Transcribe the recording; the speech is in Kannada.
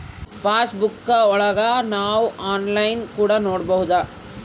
ಪಾಸ್ ಬುಕ್ಕಾ ಒಳಗ ನಾವ್ ಆನ್ಲೈನ್ ಕೂಡ ನೊಡ್ಬೋದು